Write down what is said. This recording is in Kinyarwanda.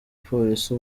polisi